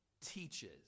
Teaches